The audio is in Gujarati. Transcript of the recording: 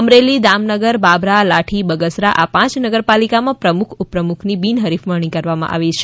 અમરેલી દામનગર બાબરા લાઠી બગસરા આ પાંચ નગરપાલિકામાં પ્રમુખ ઉપ્રમુખની બિનહરીફ વરણી કરવામાં આવી છે